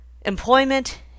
employment